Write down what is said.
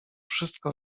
wszystko